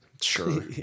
sure